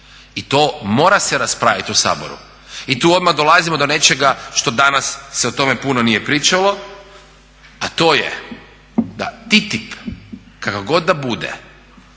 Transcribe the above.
i to se mora raspraviti u Saboru. I tu odmah dolazimo do nečega što danas o tome se nije puno pričalo, a to je da TTIP kakav god da bude